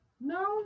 No